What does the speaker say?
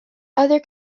other